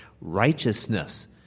righteousness